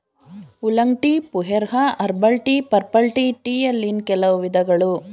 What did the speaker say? oolong tea, pu erh, herbal tea, purple tea ಟೀಯಲ್ಲಿನ್ ಕೆಲ ವಿಧಗಳು